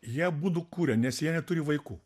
jie abudu kūrė nes jie neturi vaikų